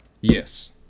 Yes